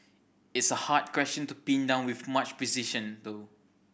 it's a hard question to pin down with much precision though